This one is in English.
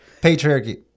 Patriarchy